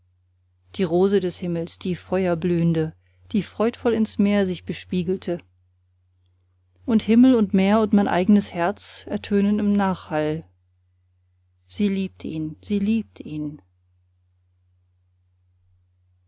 die rose des himmels die feuerblühende die freudvoll im meer sich bespiegelte und himmel und meer und mein eigenes herz ertönten im nachhall sie liebt ihn sie liebt ihn